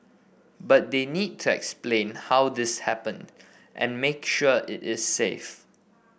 but they need to explain how this happened and make sure it is safe